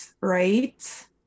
right